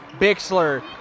Bixler